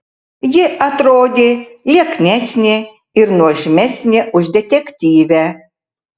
ji atrodė lieknesnė ir nuožmesnė už detektyvę